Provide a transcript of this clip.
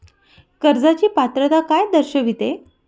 कर्जाची पात्रता काय दर्शविते?